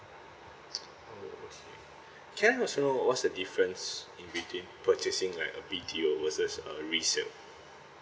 oh okay can also what's the difference in between purchasing like a B_T_O versus a resale